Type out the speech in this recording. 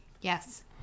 Yes